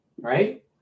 right